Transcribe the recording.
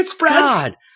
god